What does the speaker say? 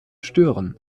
stören